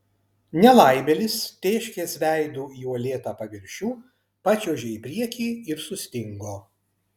nelaimėlis tėškės veidu į uolėtą paviršių pačiuožė į priekį ir sustingo